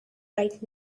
right